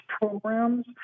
programs